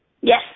Yes